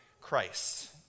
Christ